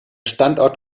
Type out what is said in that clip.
standort